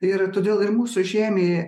ir todėl ir mūsų žemėje